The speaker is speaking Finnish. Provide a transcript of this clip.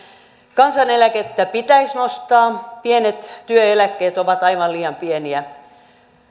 kansaneläkettä pitäisi nostaa pienet työeläkkeet ovat aivan liian pieniä